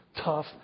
tough